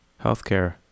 Healthcare